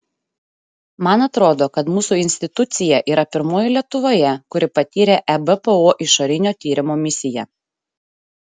man atrodo kad mūsų institucija yra pirmoji lietuvoje kuri patyrė ebpo išorinio tyrimo misiją